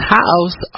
house